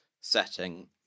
setting